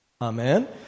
Amen